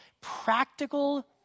practical